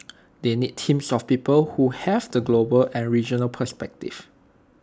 they need teams of people who have the global and regional perspective